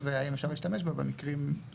ב׳- האם אפשר להשתמש בה במקרים כאלה.